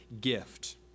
gift